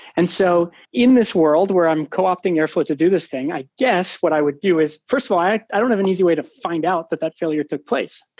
and so in this world where i'm co-opting airflow to do this thing, i guess what i would do is, first of all, i i don't have an easy way to find out that that failure took place.